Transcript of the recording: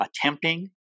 attempting